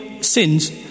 sins